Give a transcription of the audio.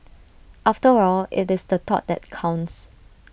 after all it's the thought that counts